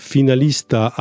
Finalista